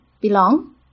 belong